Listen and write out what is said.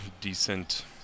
decent